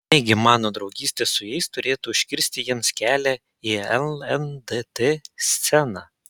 negi mano draugystė su jais turėtų užkirsti jiems kelią į lndt sceną